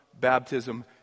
baptism